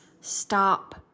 stop